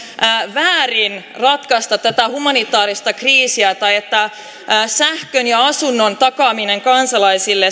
väärin ratkaista tätä humanitaarista kriisiä tai että sähkön ja asunnon takaamisessa kansalaisille